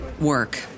work